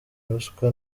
ruswa